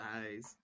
eyes